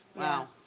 wow.